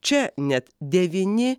čia net devyni